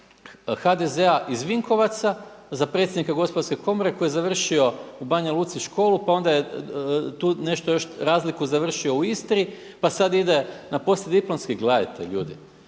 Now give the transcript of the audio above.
HDZ-a iz Vinkovaca za predsjednika Gospodarske komore koji je završio u Banja Luci školu pa onda je tu nešto još razliku završio u Istri pa sad ide na poslijediplomski. Gledajte ljudi,